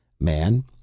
Man